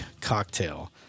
cocktail